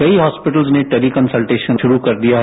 कई हॉस्पीटल्स ने teleconsultations ग्रुरू कर दिया है